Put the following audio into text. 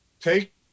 take